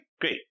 great